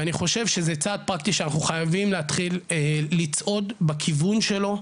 ואני חושב שזה צעד פרקטי שאנחנו חייבים להתחיל לצעוד בכיוון שלו,